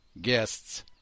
guests